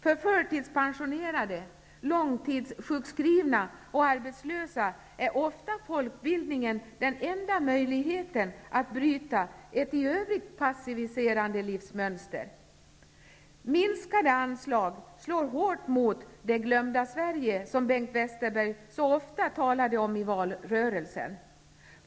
För förtidspensionerade, långtidssjukskrivna och arbetslösa är ofta folkbildningen den enda möjligheten att bryta ett i övrigt passiviserande livsmönster. Minskade anslag slår hårt mot ''det glömda Sverige'', som Bengt Westerberg så ofta talade om i valrörelsen.